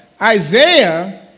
Isaiah